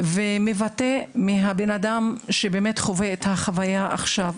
מקולם של אלה שעוברים וחווים את המצב הזה עכשיו.